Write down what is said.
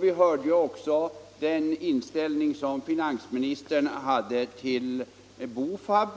Vi hörde också vilken inställning finansministern har till BOFAB.